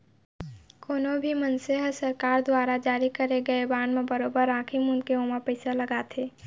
कोनो भी मनसे ह सरकार दुवारा जारी करे गए बांड म बरोबर आंखी मूंद के ओमा पइसा लगाथे